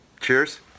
cheers